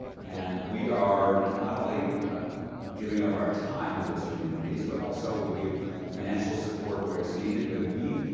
and we are not only giving of our time to those communities, but also we give financial support where it's needed. but we,